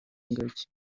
ingagi